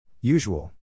Usual